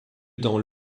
dans